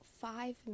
five